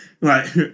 Right